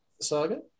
saga